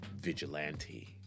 vigilante